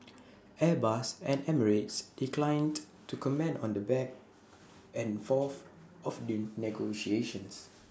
airbus and emirates declined to comment on the back and forth of the negotiations